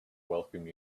welcome